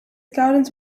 gardens